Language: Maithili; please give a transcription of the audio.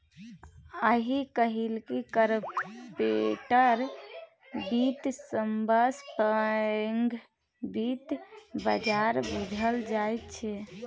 आइ काल्हि कारपोरेट बित्त सबसँ पैघ बित्त बजार बुझल जाइ छै